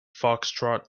foxtrot